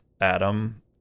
adam